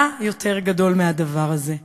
מה יותר גדול מהדבר הזה?